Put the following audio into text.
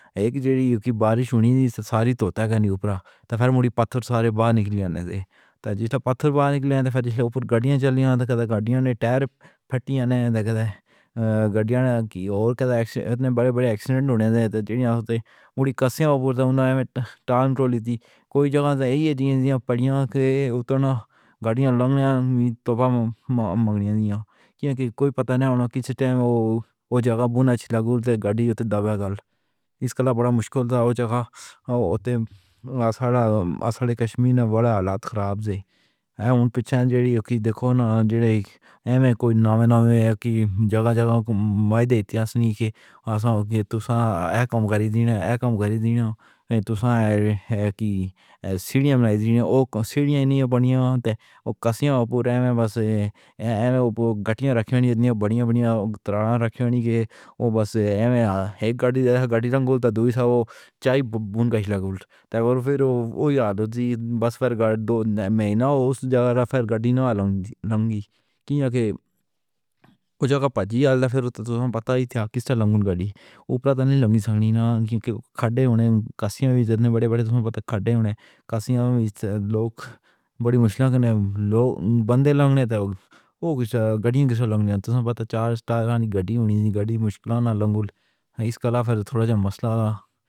ایک ڈیڑھ یو کہ جے بارش نہ ہُندی تاں ٹھیک سی، پر ہُݨ تاں مودی پتھر سارے باہر نکل آئے نی۔ جیویں پتھر باہر نکل آئے نی، گاڑیاں چلݨ لگ پئیاں نی۔ گاڑیاں دے ٹائر پھٹ گئے نی، تے وڈے وڈے ایکسیڈنٹ تھی ڳئے نی۔ جڑیاں تے مودی کسے اپݨے نال تعلق والیاں ہی سن۔ کوئی جگہ ایویں پئی اے کہ اُتّرݨ والیاں گاڑیاں لڳدیاں نی تے مݨگتیاں نی، کیونکہ پتہ کِہڑی جگہ تے سٹیم بنے گی تے گاڑی دبّ ویسی۔ کلھا ایہہ جگہ وڈی مشکل والی اے، پر ساڈے کیتے آسان اے۔ کشمیر وچ حالات خراب نی، اساں پچھوں یوکی ݙیکھو۔ جیڑھے ایویں کوئی نئیں، اساں کتھائیں وی میدان وچ تاریخ نئیں رکھدی کہ تساں ایہہ کم کر ݙیو یا نہ کر ݙیو۔ ایہہ سی ڈی ایم لیائی ڳئی اے، اوہ سی ڈی اینی بݨواو تے کسے ٻئے عہدے تے بہہ ونڄو۔ اُتّے گاڑیاں رکھݨیاں نی، وڈیاں وڈیاں ٹرالیاں رکھݨیاں نی۔ اوہ بس ایہہ ہیگ گاڑی دی گاڑی نال ڳالھ اے، تے ݙوجھی نال ڳالھ اے، تے فیر اوہ یاد آندی اے۔ بس فیر دو مہینے ایں جگہ تے گاڑی نئیں آویسی، کیونکہ پچھلی عادت سی تاں پتہ سی کہ گاڑیاں کین٘ویں لڳسن۔ کجھ وڈے وڈے کھڈّے نی، کجھ لوک وڈی مشق کردے نی۔ لوک ایویں لڳدے نی ڄویں گاڑی گاڑی مشکل نال لڳی اے۔ ایندا فائدہ تھوڑا جیہا مسئلہ اے۔